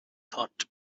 thought